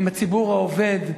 עם הציבור העובד,